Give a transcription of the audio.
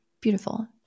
beautiful